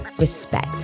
respect